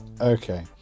okay